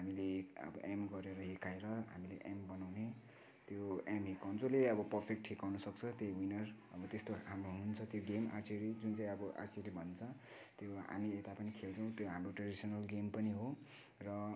हामीले अब एम गरेर हिर्काएर हामीले एम बनाउने त्यो एम हिर्काउनु जसले अब पर्फेक्ट हिर्काउनु सक्छ त्यही विनर अब त्यस्तो हाम्रो हुन्छ त्यो गेम आर्चेरी जुन चाहिँ अब आर्चेरी भन्छ त्यो हामी यता पनि खेल्छौँ त्यो हाम्रो ट्रेडिसनल गेम पनि हो र